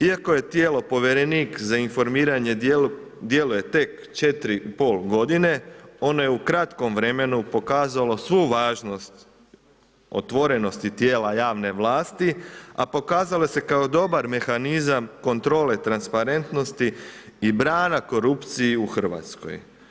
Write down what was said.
Iako tijelo povjerenik za informiranje djeluje tek 4,5 godine, ono je u kratkom vremenu pokazalo svu važnost otvorenosti tijela javne vlasti a pokazalo se kao dobar mehanizam kontrole transparentnosti i brana korupciji u Hrvatskoj.